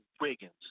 Wiggins